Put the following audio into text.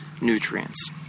nutrients